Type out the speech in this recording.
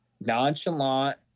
nonchalant